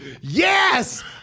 Yes